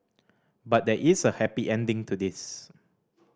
but there is a happy ending to this